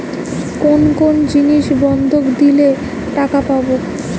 কোন কোন জিনিস বন্ধক দিলে টাকা পাব?